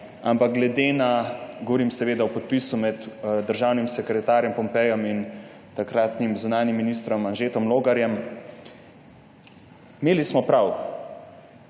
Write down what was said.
za ne vem kaj, govorim seveda o podpisu med državnim sekretarjem Pompejem in takratnim zunanjim ministrom Anžetom Logarjem. Imeli smo prav,